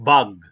Bug